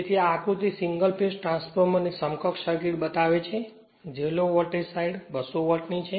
તેથી આ આકૃતી સિંગલ ફેજ ટ્રાન્સફોર્મર ની સમકક્ષ સર્કિટ બતાવે છે જે લો વોલ્ટેજ સાઇડ 200 વોલ્ટ ની છે